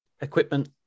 equipment